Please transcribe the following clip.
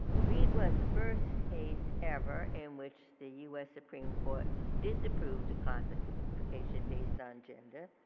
reed was the first case ever in which the us supreme court disapproved a classification based on gender.